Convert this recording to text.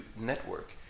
network